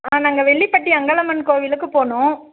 ஆ நாங்கள் வெள்ளிப்பட்டி அங்காலம்மன் கோவிலுக்கு போகனும்